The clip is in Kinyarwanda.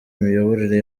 imiyoborere